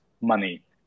money